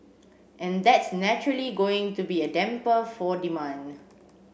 and that's naturally going to be a damper for demand